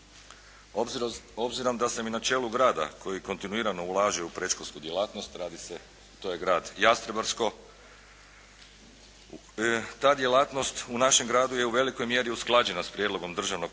Obzirom da sam i na čelu grada koji kontinuirano ulaže u predškolsku djelatnost, radi se, to je grad Jastrebarsko, ta djelatnost u našem gradu je u velikoj mjeri usklađena s prijedlogom Državnog pedagoškog